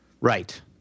Right